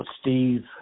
Steve